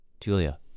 Julia